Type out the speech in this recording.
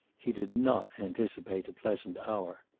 he did not anticipate a pleasant hour.